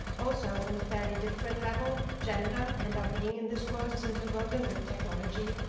also on a fairly different level, gender. and our being in this world is interwoven with technology.